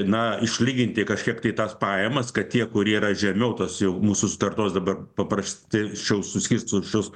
na išlyginti kažkiek tai tas pajamas kad tie kurie yra žemiau tos jau mūsų sutartos dabar paprasti šiau suskirsčiusius